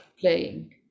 playing